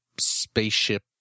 spaceship